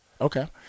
okay